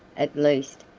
at least,